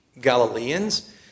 Galileans